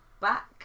back